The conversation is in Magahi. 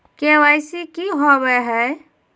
के.वाई.सी की हॉबे हय?